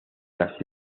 las